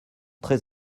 très